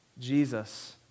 Jesus